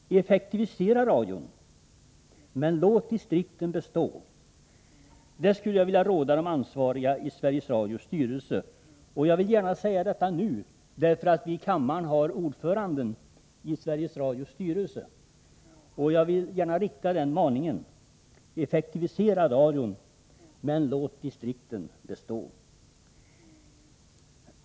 Effektivisera radion men låt distrikten bestå! Det skulle jag vilja råda de ansvariga i Sveriges Radios styrelse. Och jag vill gärna säga detta nu, därför att vi i kammaren har ordföranden i Sveriges Radios styrelse. Jag vill gärna rikta samma maning till honom: Effektivisera radion, men låt distrikten bestå!